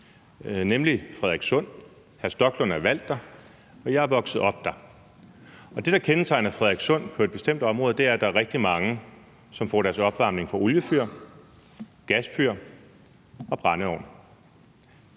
nemlig Frederikssund. Hr. Rasmus Stoklund er valgt der, og jeg er vokset op der. Og det, der kendetegner Frederikssund på et bestemt område, er, at der er rigtig mange, som får deres opvarmning fra oliefyr, gasfyr og brændeovne.